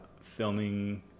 filming